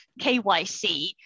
KYC